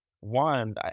one